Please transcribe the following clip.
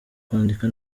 kwandika